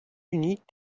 unis